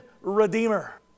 redeemer